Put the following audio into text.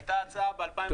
היתה הצעה ב-2018,